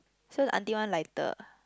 so the auntie one lighter